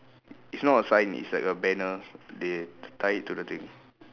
it's not a sign it's like a banner they tie it to the thing